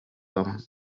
tom